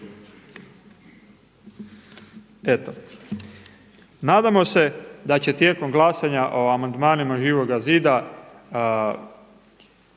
Eto, nadamo se da će tijekom glasanja o amandmanima Živoga zida